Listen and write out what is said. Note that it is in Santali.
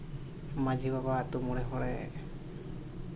ᱢᱟᱹᱡᱷᱤ ᱵᱟᱵᱟ ᱟᱹᱛᱩ ᱦᱚᱲᱮ